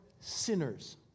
sinners